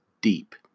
deep